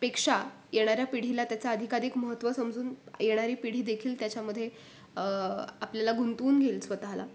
पेक्षा येणाऱ्या पिढीला त्याचा अधिकाधिक महत्त्व समजून येणारी पिढीदेखील त्याच्यामध्ये आपल्याला गुंतवून घेईल स्वतःला